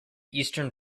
eastern